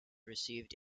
received